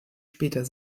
später